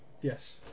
Yes